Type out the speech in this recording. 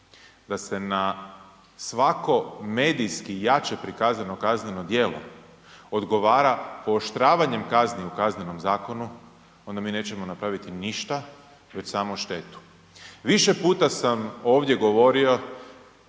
da se na svako medijski jače prikazano kazneno djelo odgovara pooštravanjem kazni u Kaznenom zakonu onda mi nećemo napraviti ništa već samo štetu. Više puta sam ovdje govorio